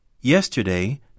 Yesterday